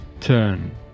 turn